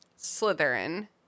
Slytherin